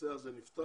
הנושא הזה נפתר,